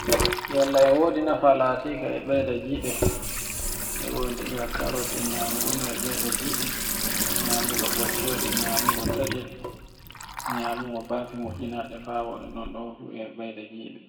Yalla e wodi nafa latiga e ɓeyda giɗe, e wodi ire karrot e nyamugo bene e ɓeyda giɗe nyamugo boccoɗe nyamugo taccel e nyamugo bafe mu'iinaɗe fa woɗa non ɗo fu e hebayde giɗe.